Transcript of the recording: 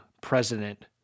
president